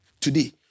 Today